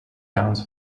towns